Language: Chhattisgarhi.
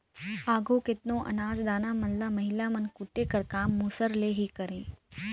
आघु केतनो अनाज दाना मन ल महिला मन कूटे कर काम मूसर ले ही करें